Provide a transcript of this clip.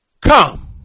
come